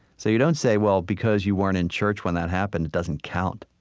so you don't say, well, because you weren't in church when that happened, it doesn't count.